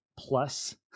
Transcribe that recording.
plus